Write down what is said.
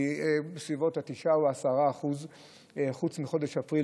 זה בסביבות 9% או 10% חוץ מחודש אפריל,